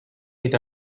with